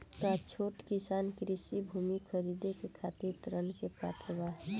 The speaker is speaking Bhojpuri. का छोट किसान कृषि भूमि खरीदे के खातिर ऋण के पात्र बा?